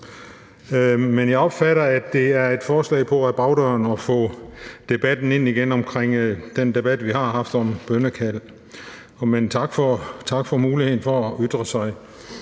Men jeg opfatter, at det er et forslag om ad bagdøren at få debatten – den debat, vi har haft – om bønnekald ind igen. Men tak for muligheden for at ytre sig.